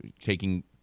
taking